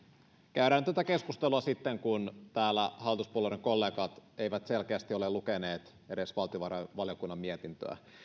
käydään tätä keskustelua sitten täällä hallituspuolueiden kollegat eivät selkeästi ole lukeneet edes valtiovarainvaliokunnan mietintöä